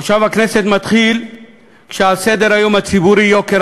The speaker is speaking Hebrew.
מושב הכנסת מתחיל כשעל סדר-היום הציבורי יוקר